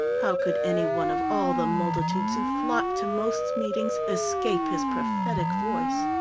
how could any one of all the multitudes who flocked to most's meetings escape his prophetic voice!